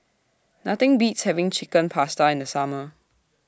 Nothing Beats having Chicken Pasta in The Summer